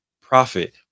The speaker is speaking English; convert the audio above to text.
profit